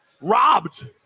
robbed